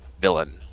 villain